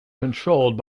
controlled